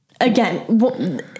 again